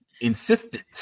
insistent